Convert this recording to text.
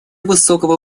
высокого